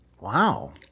wow